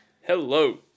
Hello